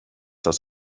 das